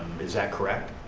is that correct?